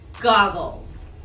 goggles